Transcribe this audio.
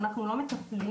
אנחנו לא מטפלים,